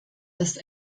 das